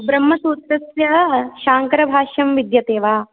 ब्रह्मसूत्रस्य शाङ्करभाष्यं विद्यते वा